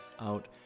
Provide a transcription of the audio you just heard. out